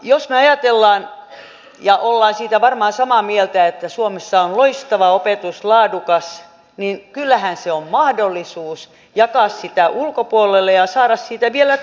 jos me ajattelemme ja olemme siitä varmaan samaa mieltä että suomessa on loistava ja laadukas opetus niin kyllähän se on mahdollisuus jakaa sitä ulkopuolelle ja saada siitä vielä tulojakin